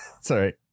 Sorry